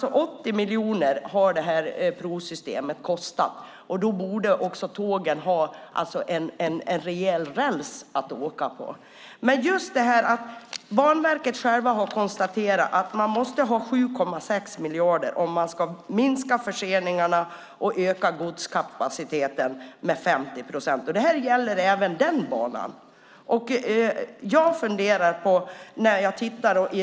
80 miljoner har alltså provsystemet kostat, och då borde tågen också ha en rejäl räls att åka på. Banverket har som sagt konstaterat att man måste ha 7,6 miljoner per år om man ska minska förseningarna och öka godskapaciteten med 50 procent, och det gäller även den banan.